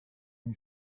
you